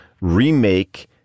remake